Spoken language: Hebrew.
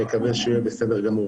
אני מקווה שהוא יהיה בסדר גמור.